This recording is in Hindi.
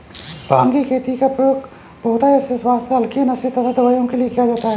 भांग की खेती का प्रयोग बहुतायत से स्वास्थ्य हल्के नशे तथा दवाओं के लिए किया जाता है